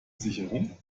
sicherung